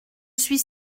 suis